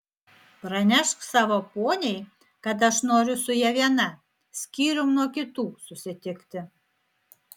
pranešk savo poniai kad aš noriu su ja viena skyrium nuo kitų susitikti